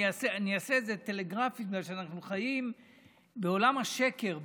אני אעשה את זה טלגרפית בגלל שאנחנו חיים בעולם השקר,